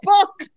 Fuck